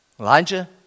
Elijah